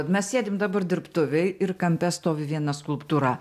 mes sėdim dabar dirbtuvėj ir kampe stovi viena skulptūra